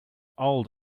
old